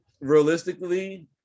Realistically